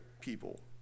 people